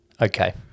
Okay